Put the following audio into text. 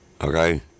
Okay